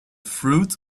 fruit